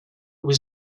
was